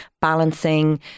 balancing